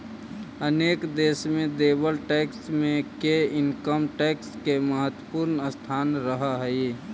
अनेक देश में देवल टैक्स मे के इनकम टैक्स के महत्वपूर्ण स्थान रहऽ हई